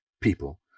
people